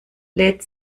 lädt